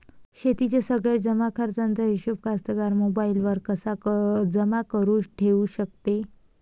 शेतीच्या सगळ्या जमाखर्चाचा हिशोब कास्तकार मोबाईलवर कसा जमा करुन ठेऊ शकते?